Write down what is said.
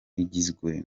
igizwe